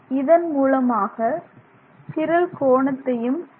இதன் மூலமாக சிரல் கோணத்தையும் பெற்றோம்